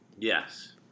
Yes